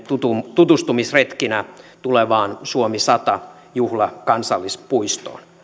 tutustumisretkinä tulevaan suomi sataan juhlakansallispuistoon